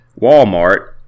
Walmart